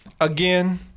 Again